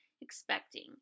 expecting